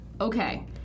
okay